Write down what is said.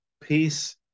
peace